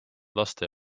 laste